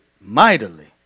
Mightily